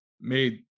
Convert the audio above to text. made